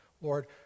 Lord